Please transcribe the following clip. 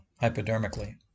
hypodermically